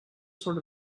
sort